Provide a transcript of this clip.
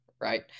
right